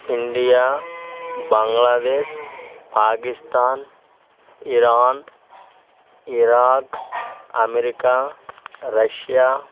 India Bangladesh Pakistan Iran Iraq America Russia